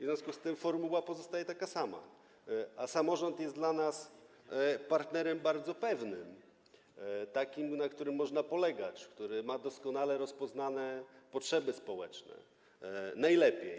W związku z tym formuła pozostaje taka sama, a samorząd jest dla nas partnerem bardzo pewnym, tj. takim, na którym można polegać, który ma doskonale rozpoznane potrzeby społeczne - najlepiej.